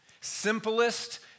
simplest